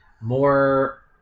more